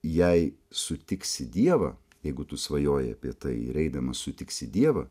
jei sutiksi dievą jeigu tu svajoji apie tai ir eidamas sutiksi dievą